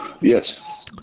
Yes